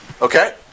Okay